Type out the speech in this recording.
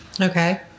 Okay